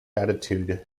attitude